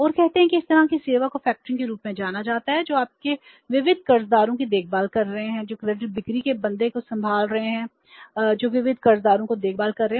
और कहते हैं कि इस तरह की सेवा को फैक्टरिंग के रूप में जाना जाता है जो आपके विविध कर्जदारों की देखभाल कर रहे हैं जो क्रेडिट बिक्री के बन्दे को संभाल रहे हैं जो विविध कर्जदारों की देखभाल कर रहे हैं